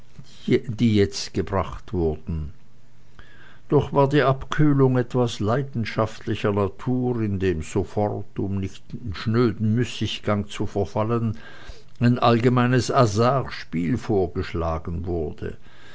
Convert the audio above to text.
die jetzt gebracht wurden doch war die abkühlung etwas leidenschaftlicher natur indem sofort um nicht in schnöden müßiggang zu verfallen ein allgemeines hasardspiel vorgeschlagen wurde